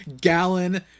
gallon